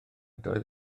doedd